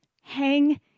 hang